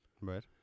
Right